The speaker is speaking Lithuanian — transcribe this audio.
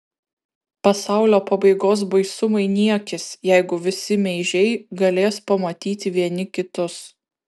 pasaulio pabaigos baisumai niekis jeigu visi meižiai galės pamatyti vieni kitus